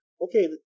okay